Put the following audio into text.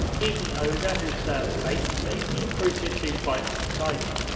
he's an ogre who serves bates but he can be recruited to fight alongside you.